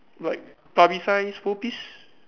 like publicise world peace